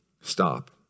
stop